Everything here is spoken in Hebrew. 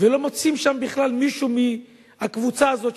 ולא מוצאים שם בכלל מישהו מהקבוצה הזאת.